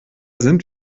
sind